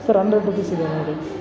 sir hundred rupees ಇದೆ ನೋಡಿ